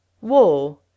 war